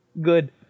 Good